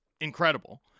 incredible